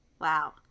wow